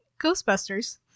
Ghostbusters